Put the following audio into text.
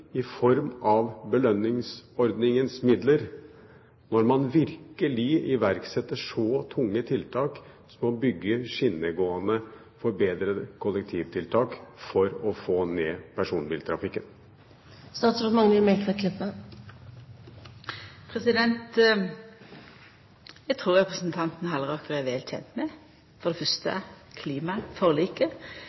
i form av belønningsordningens midler, når man virkelig iverksetter så tunge tiltak som å bygge skinnegående, forbedrede kollektivtiltak for å få ned personbiltrafikken? Eg trur representanten Halleraker er vel kjend med for det fyrste klimaforliket,